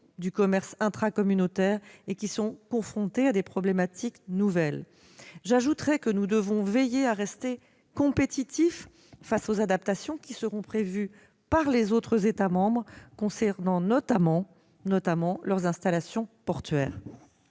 du commerce intracommunautaire et sont aujourd'hui confrontés à des problématiques nouvelles. J'ajouterai que nous devons veiller à rester compétitifs face aux adaptations qui seront prévues par les autres États membres concernant « notamment » leurs installations portuaires.